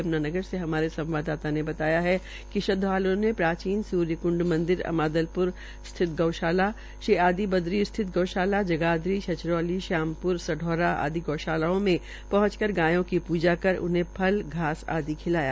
यम्नानगर से हमारे संवाददाता ने बतायाकि श्रद्वाल्ओं ने प्राचीन स्र्यकंड मंदिर अमादलप्र स्थित गौशाला श्री आदी बद्री स्थित गौशाला जगाधरी छछरौली श्यामप्र सौरा आदि गौशालाओं में पहंचकर गायों को प्जा की उन्हे फल घास आदि खिलाया